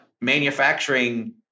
manufacturing